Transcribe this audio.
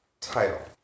title